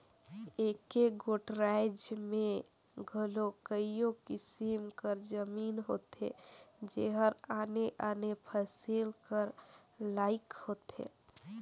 एके गोट राएज में घलो कइयो किसिम कर जमीन होथे जेहर आने आने फसिल कर लाइक होथे